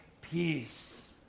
peace